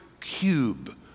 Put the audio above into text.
cube